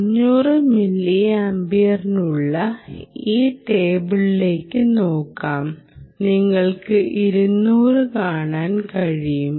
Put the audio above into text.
500 മില്ലിയാംപിയറിനുള്ള ഈ ടേബിളിലേക്ക് നോക്കാം നിങ്ങൾക്ക് 200 കാണാൻ കഴിയും